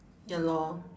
ya lor